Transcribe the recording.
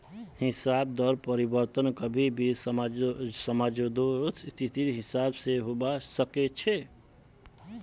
ब्याज दरत परिवर्तन कभी भी समाजेर स्थितिर हिसाब से होबा सके छे